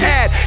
add